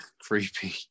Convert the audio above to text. creepy